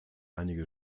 einige